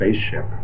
spaceship